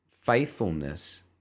faithfulness